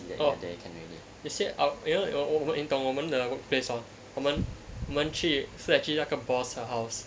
orh they say orh you you know 你懂我们的 workplace hor 我们我们去 actually 去那个 boss 的 house